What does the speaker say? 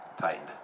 tightened